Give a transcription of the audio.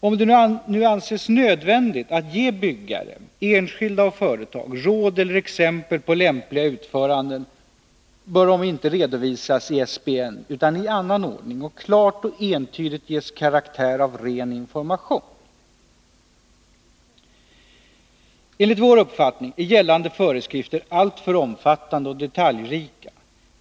Om det nu anses nödvändigt att ge byggare, enskilda och företag, råd eller exempel på lämpliga utföranden, bör dessa inte redovisas i SBN, utan i annan ordning och klart och entydigt ges karaktär av ren information. Enligt vår uppfattning är gällande föreskrifter alltför omfattande och detaljrika.